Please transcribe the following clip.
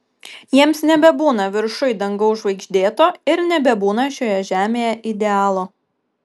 jiems nebebūna viršuj dangaus žvaigždėto ir nebebūna šioje žemėje idealo